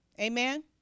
amen